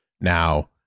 Now